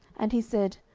and he said,